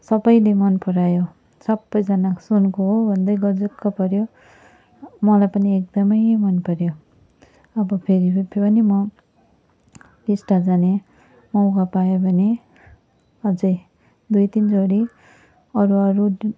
सबैले मन परायो सबैजना सुनको हो भन्दै गजक्क पर्यो मलाई पनि एकदम मन पर्यो अब फेरि भने म टिस्टा जाने मौका पाएँ भने अझ दुई तिन जोडी अरू अरू डुन